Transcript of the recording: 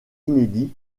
inédits